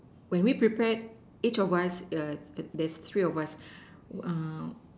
when we prepared each of us there's three of us